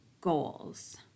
goals